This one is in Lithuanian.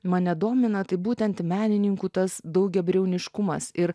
mane domina tai būtent menininkų tas daugiabriauniškumas ir